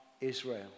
Israel